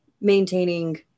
maintaining